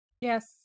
Yes